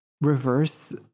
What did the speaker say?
reverse